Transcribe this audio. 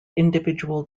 individual